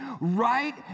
right